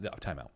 timeout